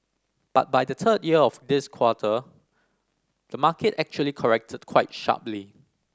but by the third year of this quarter the market actually corrected quite sharply